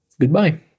Goodbye